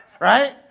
Right